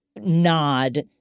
nod